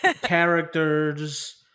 characters